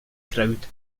crowd